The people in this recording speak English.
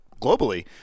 globally